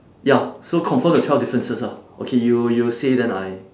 ya so confirm the twelve differences ah okay you you say then I